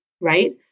right